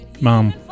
Mom